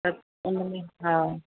त हुन में हा